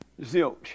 Zilch